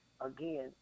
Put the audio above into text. Again